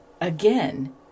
again